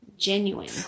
genuine